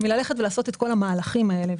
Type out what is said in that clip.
מאשר ללכת ולעשות את כל המהלכים האלה.